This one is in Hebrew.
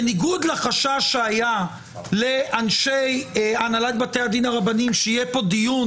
בניגוד לחשש שהיה לאנשים הנהלת בתי הדין הרבניים שיהיה פה דיון